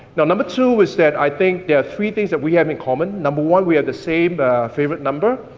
number two is that i think there are three things that we have in common. number one, we have the same favorite number.